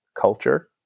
culture